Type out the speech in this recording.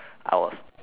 I was